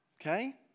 Okay